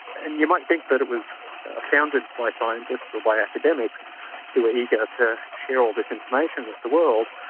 and you might think that it was founded by scientists or by academics who are eager to share all this information with the world,